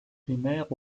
primaires